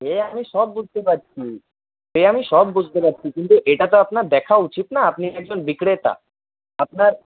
সে আমি সব বুঝতে পারছি সে আমি সব বুঝতে পারছি কিন্তু এটা তো আপনার দেখা উচিৎ না আপনি একজন বিক্রেতা আপনার